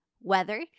weather